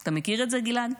אתה מכיר את זה, גלעד?